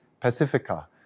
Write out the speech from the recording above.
Pacifica